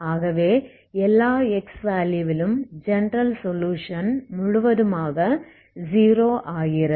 ஆகவே எல்லா x value விலும் ஜெனரல் சொலுயுஷன் முழுவதுமாக 0 ஆகிறது